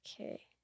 okay